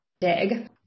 dig